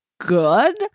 good